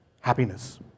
happiness